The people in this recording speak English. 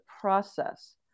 process